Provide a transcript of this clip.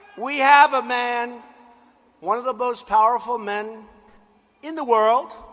we have a man one of the most powerful men in the world.